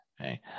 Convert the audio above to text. Okay